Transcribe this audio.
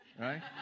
right